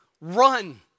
run